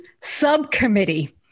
subcommittee